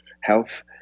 health